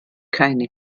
keine